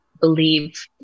believe